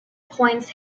points